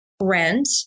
rent